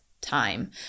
time